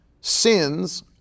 sins